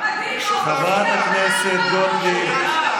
חברת הכנסת גוטליב.